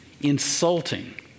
insulting